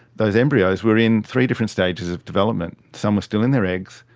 those embryos were in three different stages of development. some were still in their eggs,